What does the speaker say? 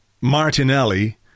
Martinelli